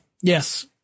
Yes